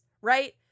right